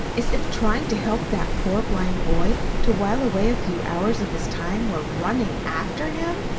as if trying to help that poor blind boy to while away a few hours of his time were running after him.